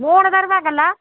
மூணு தருவாங்களா